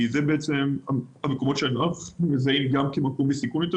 כי אלה בעצם המקומות שאנחנו מזהים כמקומות עם סיכון יותר